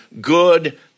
good